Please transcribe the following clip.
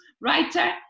writer